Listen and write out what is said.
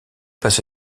passé